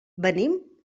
venim